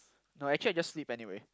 no actually I just sleep anyway